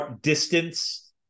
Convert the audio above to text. distance